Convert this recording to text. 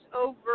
over